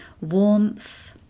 warmth